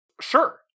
Sure